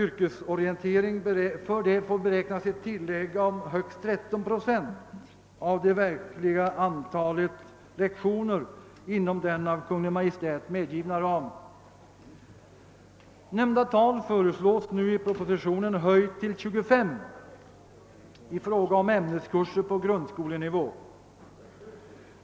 ring beräknas ett tillägg om högst 13 procent av det verkliga antalet lektioner inom den av Kungl. Maj:t angivna ramen. Nämnda tal föreslås i propositionen höjt till 25 procent i fråga om ämneskurser på grundskolenivå.